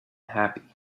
happy